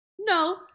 No